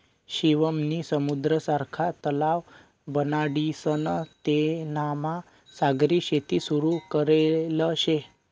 शिवम नी समुद्र सारखा तलाव बनाडीसन तेनामा सागरी शेती सुरू करेल शे